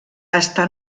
està